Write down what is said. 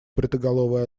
бритоголовый